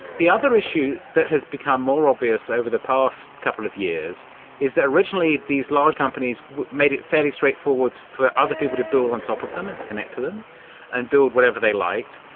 the other issue that has become more obvious over the past couple of years is that originally these large companies made it fairly straightforward for other people to build on top of them and to connect to them and build whatever they liked.